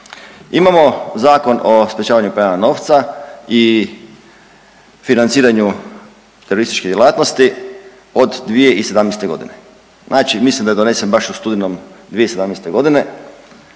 Imamo Zakon o sprječavanju pranja novca i financiranju terorističke djelatnosti od 2017.g., znači mislim da je donesen baš u studenom 2017.g.